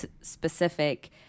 specific